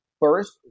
First